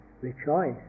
rejoice